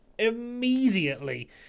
immediately